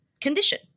condition